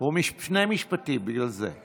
הוא, שני משפטים, בגלל זה.